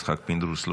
יצחק פינדרוס,